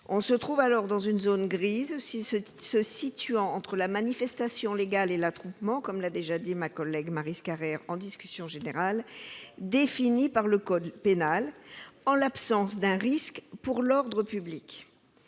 On se trouve alors dans une zone grise, se situant entre la manifestation légale et l'attroupement, comme l'a dit ma collègue Maryse Carrère lors de la discussion générale, définie par le code pénal en l'absence d'un risque pour l'ordre public.